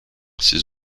ces